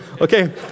Okay